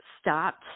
stopped